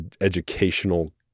educational